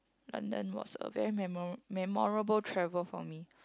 London was a very memora~ memorable travel for me